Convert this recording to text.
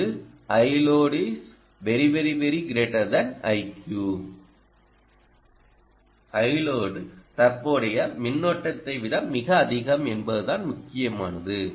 இது iload ≫ iQ iload தற்போதைய மின்னோட்டத்தை விட மிக அதிகம் என்பதுதான் முக்கியமானது